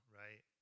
right